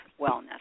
wellness